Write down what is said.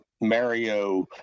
Mario